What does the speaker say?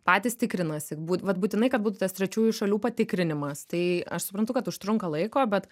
patys tikrinasi būt vat būtinai kad būtų tas trečiųjų šalių patikrinimas tai aš suprantu kad užtrunka laiko bet